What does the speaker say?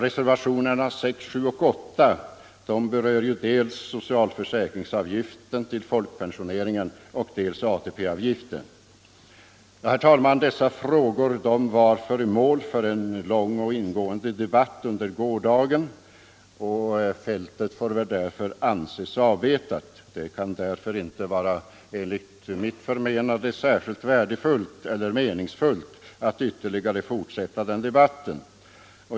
Reservationerna 6, 7, 8 och 9 berör dels socialförsäkringsavgiften till folkpensioneringen, dels ATP-avgiften. De frågorna var föremål för en lång och ingående debatt under gårdagen, och fältet får väl därför anses avbetat. Enligt mitt förmenande kan det inte vara särskilt meningsfullt att fortsätta den debatten.